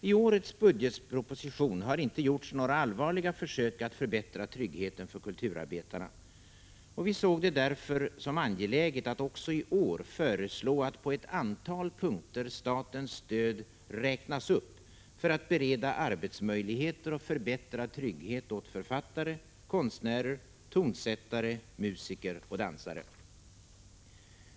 I årets budgetproposition har det inte gjorts några allvarliga försök att förbättra tryggheten för kulturarbetarna. Vi såg det därför som angeläget att också i år föreslå att statens stöd på ett antal punkter skall räknas upp för att bereda arbetsmöjligheter och förbättrad trygghet åt författare, konstnärer, tonsättare, musiker och dansare.